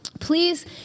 Please